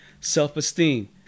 Self-esteem